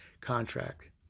contract